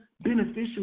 beneficial